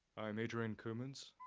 i'm hadrien coumans.